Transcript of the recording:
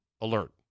alert